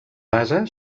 basa